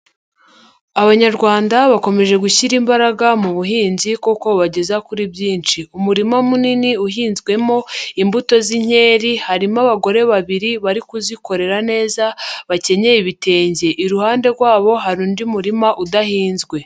Abanyarwanda bakomeje gushyira imbaraga mu buhinzi kuko bageza kuri byinshi, umurima munini uhinzwemo imbuto z'inkeri harimo abagore babiri bari kuzikorera neza bakenyeye ibitenge, iruhande rwabo hari undi murima udahinzwe.